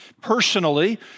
Personally